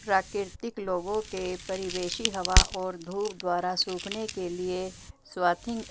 प्राकृतिक लोगों के परिवेशी हवा और धूप द्वारा सूखने के लिए स्वाथिंग